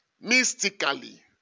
mystically